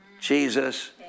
Jesus